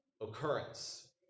occurrence